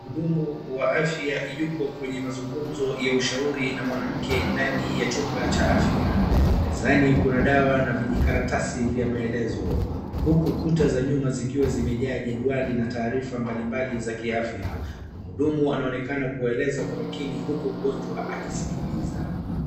Mhudumu wa afya huko kwenye mazungumzo ya ushauri na mwanamke ndani ya chumba cha afya, mezani kuna dawa na vijikaratasi vya maelezo, huku kuta za nyuma zikiwa zimejaa jedwali na taarifa mbalimbali za afya. Mhudumu anaonekana kuwaeleza kwa makini huku mgonjwa akisikiliza.